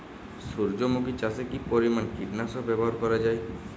সূর্যমুখি চাষে কি পরিমান কীটনাশক ব্যবহার করা যায়?